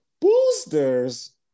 boosters